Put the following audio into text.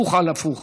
הפוך על הפוך,